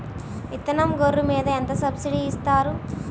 విత్తనం గొర్రు మీద ఎంత సబ్సిడీ ఇస్తారు?